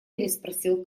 переспросил